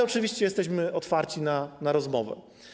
Oczywiście jesteśmy otwarci na rozmowę.